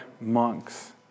monks